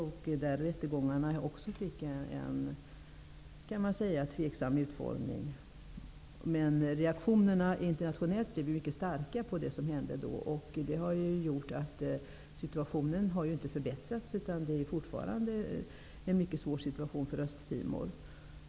Rättegångarna fick en, kan man säga, tveksam utformning. Men internationellt blev reaktionerna på det som hände mycket starka. Detta har gjort att situationen inte har förbättrats, utan den är fortfarande mycket svår i Östtimor.